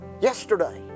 yesterday